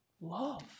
love